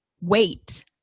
wait